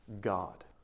God